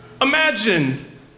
Imagine